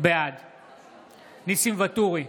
בעד ניסים ואטורי,